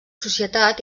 societat